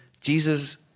Jesus